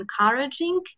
encouraging